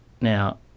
Now